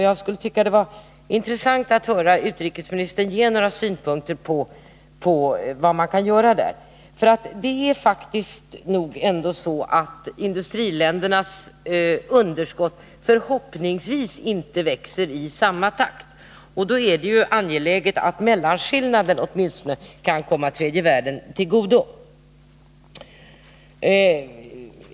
Det skulle vara intressant att få höra utrikesministern ge några synpunkter på vad man kan göra i det fallet. Det är nog ändå så att industriländernas underskott förhoppningsvis inte växer i samma takt, och då är det ju angeläget att åtminstone skillnaden kan komma tredje världen till godo.